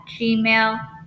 gmail